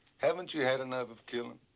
haven't you had enough of killing?